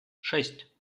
шесть